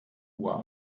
uhr